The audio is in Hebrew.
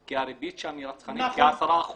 כי הריבית שם היא רצחנית, כ-10%.